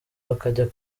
bakajya